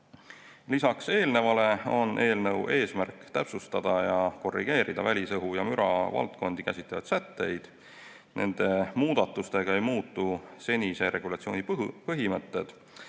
Lisaks eelnevale on eelnõu eesmärk täpsustada ja korrigeerida välisõhku ja müra käsitlevaid sätteid. Nende muudatustega ei muutu senise regulatsiooni põhimõtted,